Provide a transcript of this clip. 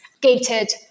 Gated